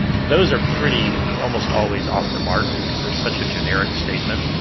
those are pretty almost always off the mark, because it's such a generic statement.